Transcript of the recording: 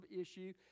issue